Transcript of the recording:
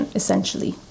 essentially